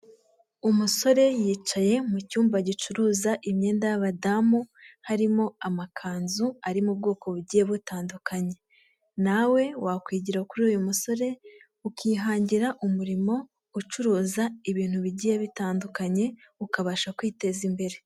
Umusore yicaye mu cyumba gicuruza imyenda y'abadamu harimo amakanzu ari mu bwoko bugiye butandukanye nawe wakwigira kuri uyu musore ukihangira umurimo ucuruza ibintu bigiye bitandukanye ukabasha kwiteza imbere.